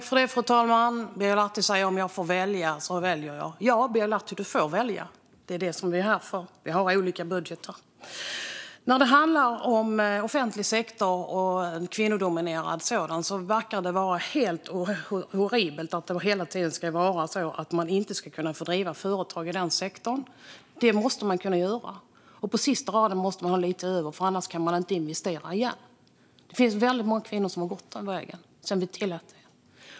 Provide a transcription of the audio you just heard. Fru talman! Birger Lahti säger: Om jag fick välja skulle jag välja det här. Ja, Birger Lahti, du får välja! Det är det som vi är här för - vi har olika budgetar. När det handlar om offentlig sektor och en kvinnodominerad sådan är det helt horribelt att det hela tiden ska vara så att man inte ska kunna få driva företag i den sektorn. Det måste man kunna göra, och på sista raden måste man ha lite över, för annars kan man inte investera igen. Det finns väldigt många kvinnor som har gått den vägen sedan vi tillät det.